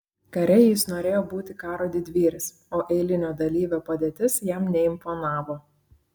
kare jis norėjo būti karo didvyris o eilinio dalyvio padėtis jam neimponavo